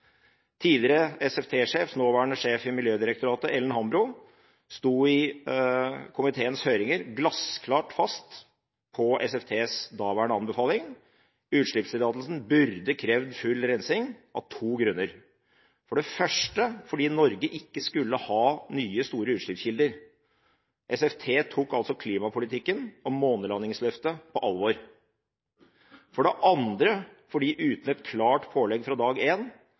Tidligere SFT-sjef, nåværende sjef i Miljødirektoratet, Ellen Hambro, sto i komiteens høringer glassklart fast på SFTs anbefaling fra den gangen: Utslippstillatelsen burde krevd full rensing av to grunner: For det første fordi Norge ikke skulle ha nye store utslippskilder. SFT tok altså klimapolitikken og månelandingsløftet på alvor. For det andre